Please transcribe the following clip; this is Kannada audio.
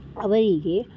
ಅವರಿಗೆ